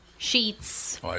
sheets